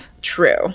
True